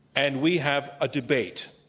and we have a debate.